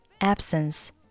absence